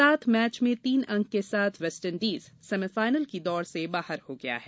सात मैच में तीन अंक के साथ वेस्टेइंडीज सेमीफाइनल की दौड़ से बाहर हो गया है